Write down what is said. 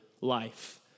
life